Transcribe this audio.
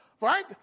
right